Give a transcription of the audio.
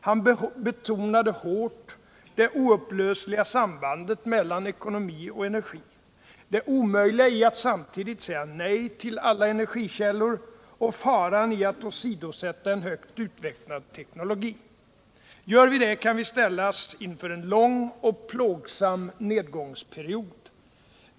Han betonade hårt det oupplösliga sambandet mellan ekonomi och energi, det omöjliga i att samtidigt säga nej till alla energikällor och faran i att åsidosätta en högt utvecklad teknologi; — Gör vi det, kan vi ställas inför en lång och plågsam nedgångsperiod.